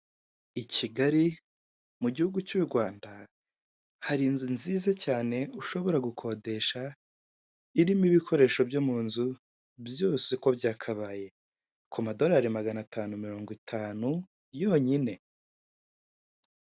I Kigali mu gihugu cy'u Rwanda hari inzu nziza cyane ushobora gukodesha irimo ibikoresho byo mu nzu byose uko byakabaye. Ku madorari magana atanu mirongo itanu yonyine.